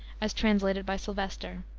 as translated by sylvester.